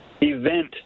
event